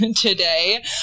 today